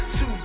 Two